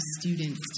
students